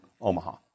Omaha